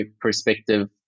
perspective